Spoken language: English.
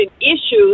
issues